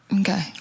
Okay